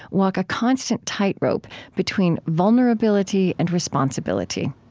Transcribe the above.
walk a constant tightrope between vulnerability and responsibility